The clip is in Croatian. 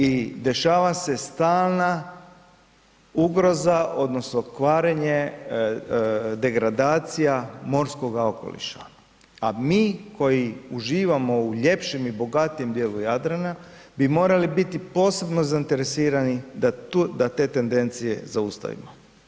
I dešava se stalna ugroza odnosno kvarenje, degradacija morskoga okoliša, a mi koji uživamo u ljepšim i bogatijem dijelu Jadrana bi morali biti posebno zainteresirani da te tendencije zaustavimo.